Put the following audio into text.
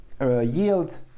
yield